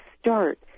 start